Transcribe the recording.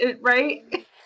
right